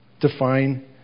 Define